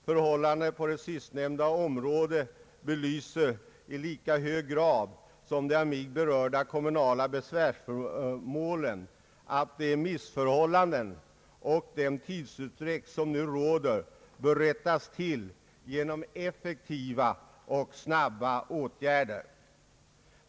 Förhållandena på sistnämnda område belyser i lika hög grad som de av mig berörda kommunala besvärsmålen att de missförhållanden och den tidsutdräkt som nu råder bör rättas till genom effektiva och snabba åtgärder.